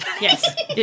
Yes